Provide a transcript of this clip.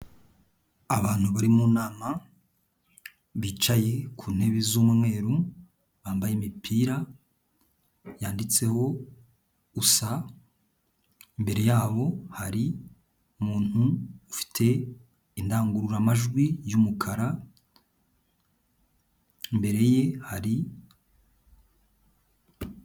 Abantu bari mu nama, bicaye ku ntebe z'umweru, bambaye imipira yanditseho, gusa imbere yabo hari umuntu ufite indangururamajwi y'umukara, mbere ye hari,,,